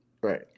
Right